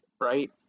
right